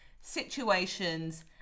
situations